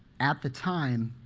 at the time,